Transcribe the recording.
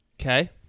Okay